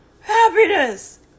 happiness